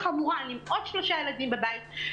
חלק מהילדים יוכלו להגיע פעמיים בשבוע,